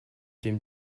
dem